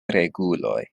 reguloj